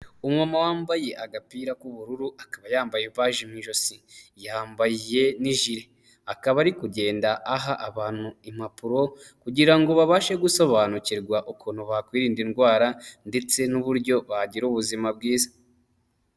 Umuntu wambaye agapira k'ubururu akaba yambaye paji mu ijosi yambaye n' ijire akaba ari kugenda aha abantu impapuro kugira babashe gusobanukirwa ukuntu bakwirinda indwara ndetse n'uburyo bagira ubuzima bwiza .